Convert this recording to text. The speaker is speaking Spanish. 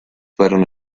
fueron